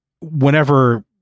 whenever